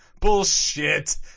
Bullshit